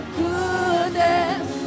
goodness